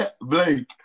Blake